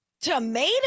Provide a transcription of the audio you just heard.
Tomato